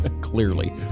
clearly